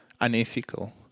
unethical